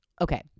okay